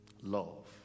love